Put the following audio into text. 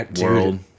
world